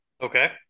Okay